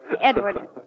Edward